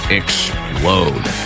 explode